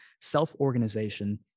self-organization